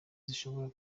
zishobora